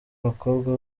abakobwa